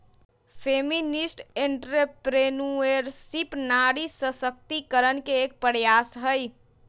feminist entrepreneurship नारी सशक्तिकरण के एक प्रयास हई